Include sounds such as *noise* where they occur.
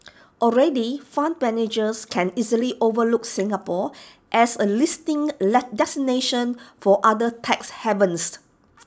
already fund managers can easily overlook Singapore as A listing *unintelligible* destination for other tax *unintelligible*